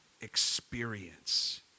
experience